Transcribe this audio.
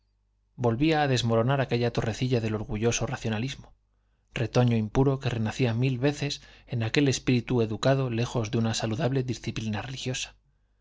la perdía volvía a desmoronar aquella torrecilla del orgulloso racionalismo retoño impuro que renacía mil veces en aquel espíritu educado lejos de una saludable disciplina religiosa